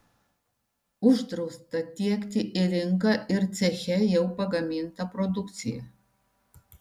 uždrausta tiekti į rinką ir ceche jau pagamintą produkciją